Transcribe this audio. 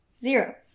Zero